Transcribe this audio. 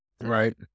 Right